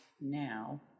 now